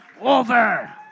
over